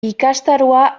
ikastaroa